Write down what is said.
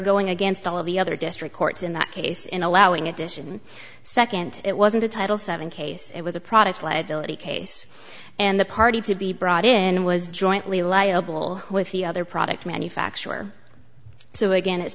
against all of the other district courts in that case in allowing addition second it wasn't a title seven case it was a product liability case and the party to be brought in was jointly liable with the other product manufacturer so again it's